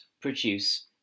produce